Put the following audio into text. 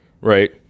Right